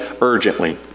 urgently